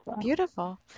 Beautiful